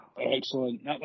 Excellent